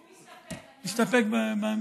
הוא מסתפק,